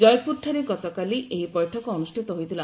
ଜୟପୁରଠାରେ ଗତକାଲି ଏହି ବୈଠକ ଅନୁଷ୍ଠିତ ହୋଇଥିଲା